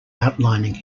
outlining